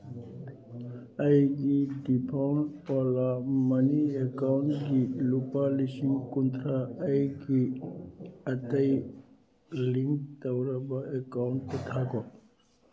ꯑꯩꯒꯤ ꯗꯤꯐꯣꯜ ꯑꯣꯂꯥ ꯃꯅꯤ ꯑꯦꯀꯥꯎꯟꯒꯤ ꯂꯨꯄꯥ ꯂꯤꯁꯤꯡ ꯀꯨꯟꯊ꯭ꯔꯥ ꯑꯩꯒꯤ ꯑꯇꯩ ꯂꯤꯡ ꯇꯧꯔꯕ ꯑꯦꯀꯥꯎꯟꯗ ꯊꯥꯈꯣ